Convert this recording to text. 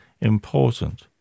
important